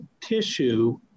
tissue